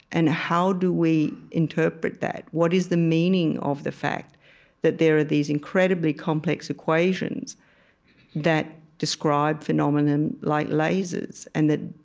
and how do we interpret that? what is the meaning of the fact that there are these incredibly complex equations that describe phenomenon like lasers? and that,